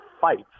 fights